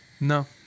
no